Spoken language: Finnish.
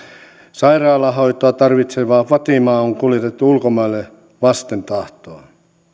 sairaalahoitoa tarvitseva fatema on kuljetettu ulkomaille vasten tahtoaan